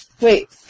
Wait